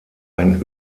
ein